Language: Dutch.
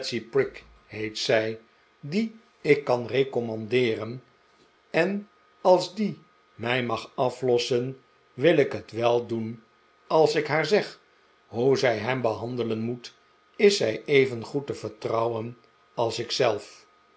zij die ik kan recommandeeren en als die mij mag aflossen wil ik het wel doen als ik haar zeg hoe zij hem behandelen moet is zij even goed te vertrouwen als ik zelf